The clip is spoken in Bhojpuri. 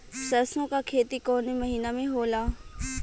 सरसों का खेती कवने महीना में होला?